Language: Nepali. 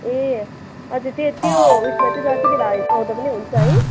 ए हजुर त्यो त्यो उयेसमा चाहिँ जति बेला आए आउँदा पनि हुन्छ है